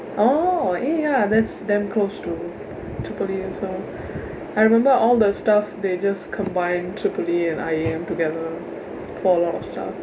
oh ya ya that's damn close to triple E also I remember all the stuff they just combine triple E and I_A_M together for a lot of stuff